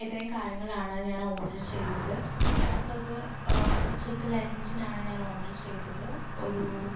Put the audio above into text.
ഇത്രേം കാര്യങ്ങളാണ് ഞാൻ ഓർഡറ് ചെയ്തത് അപ്പം അത് ഉച്ചൽത്ത ലഞ്ചിനാണ് ഞാൻ ഓർഡറ് ചെയ്തത് ഒരു